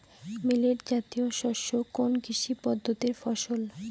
Millet জাতীয় শস্য কোন কৃষি পদ্ধতির ফসল?